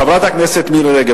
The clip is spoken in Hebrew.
חברת הכנסת מירי רגב,